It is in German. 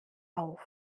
auf